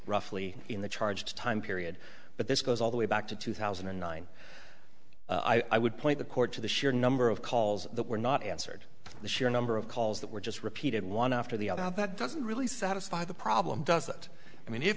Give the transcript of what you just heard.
roughly in the charge time period but this goes all the way back to two thousand and nine i would point the court to the sheer number of calls that were not answered the sheer number of calls that were just repeated one after the other out that doesn't really satisfy the problem does it i mean if